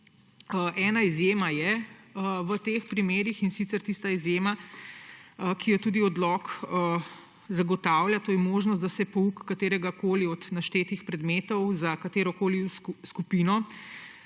Ena izjema je v teh primerih, in sicer tista izjema, ki jo tudi odlok zagotavlja. To je možnost, da se pouk kateregakoli od naštetih predmetov za katerokoli skupino,